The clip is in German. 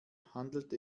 handelt